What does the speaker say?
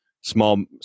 small